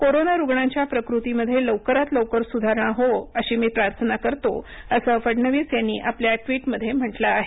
corona रुग्णांच्या प्रकृतीमध्ये लवकरात लवकर सुधारणा होवो अशी मी प्रार्थना करतो असं फडणविस यांनी आपल्या ट्वीट मध्ये म्हटलं आहे